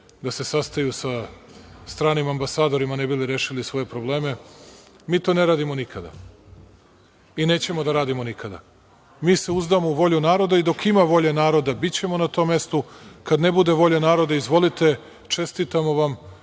da se sastaju sa stranim ambasadorima ne bi li rešili svoje probleme. Mi to ne radimo nikada i nećemo da radimo nikada. Mi se uzdamo u volju naroda i dok ima volje naroda bićemo na tom mestu. Kad ne bude volje naroda, izvolite, čestitamo vam,